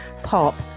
pop